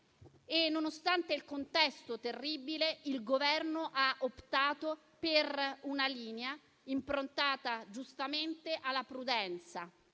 Nonostante il contesto terribile, il Governo ha optato per una linea improntata giustamente alla prudenza